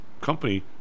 company